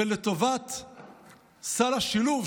ולטובת סל השילוב,